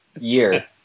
year